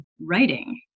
writing